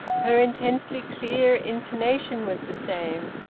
her intensely clear intonation was the same.